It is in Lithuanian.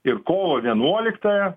ir kovo vienuoliktąją